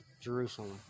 Jerusalem